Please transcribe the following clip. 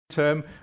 Term